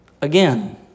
Again